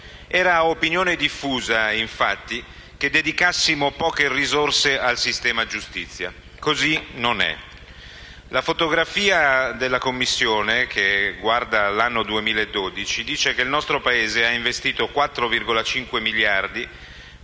Era opinione diffusa, infatti, che dedicassimo poche risorse al sistema giustizia. Così non è. La fotografia della Commissione, che guarda all'anno 2012, dice che il nostro Paese ha investito 4,5 miliardi